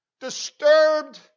disturbed